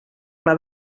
pla